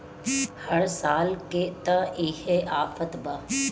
हर साल के त इहे आफत बा